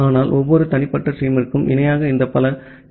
ஆனால் ஒவ்வொரு தனிப்பட்ட ஸ்ட்ரீமிற்கும் இணையாக இந்த பல டி